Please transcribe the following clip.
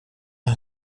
han